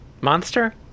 Monster